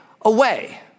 away